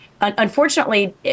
unfortunately